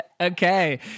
okay